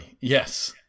Yes